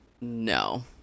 no